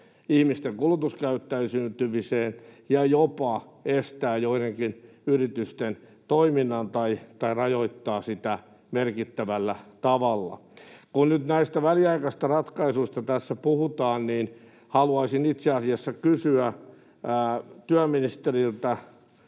ihmisten kulutuskäyttäytymiseen ja jopa estävät joidenkin yritysten toiminnan tai rajoittavat sitä merkittävällä tavalla. Kun nyt näistä väliaikaisista ratkaisuista tässä puhutaan, niin haluaisin itse asiassa kysyä työministeri